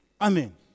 Amen